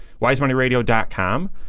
wisemoneyradio.com